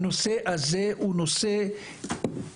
הנושא הזה הוא נושא קרדינלי.